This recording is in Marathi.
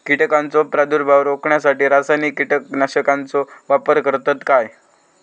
कीटकांचो प्रादुर्भाव रोखण्यासाठी रासायनिक कीटकनाशकाचो वापर करतत काय?